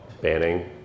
banning